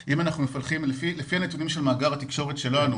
לפי הנתונים של מאגר התקשורת שלנו